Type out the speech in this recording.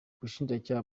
ubushinjacyaha